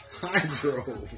Hydro